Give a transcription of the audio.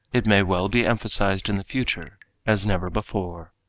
it may well be emphasized in the future as never before.